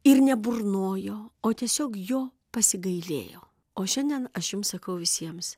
ir neburnojo o tiesiog jo pasigailėjo o šiandien aš jums sakau visiems